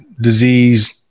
disease